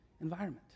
environment